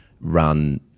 run